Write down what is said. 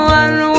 one